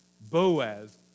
Boaz